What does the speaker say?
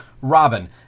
Robin